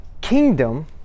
kingdom